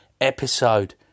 episode